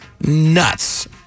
nuts